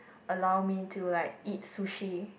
allow me to like eat sushi